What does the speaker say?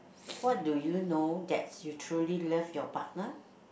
what do you know that you truly love your partner